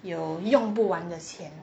有用不完的钱